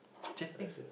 Genting